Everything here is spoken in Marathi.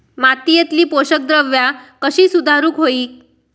मातीयेतली पोषकद्रव्या कशी सुधारुक होई?